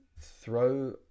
throw